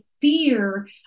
fear